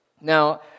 Now